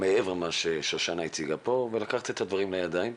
מעבר למה ששושנה הציגה פה ולקחת את הדברים לידיים,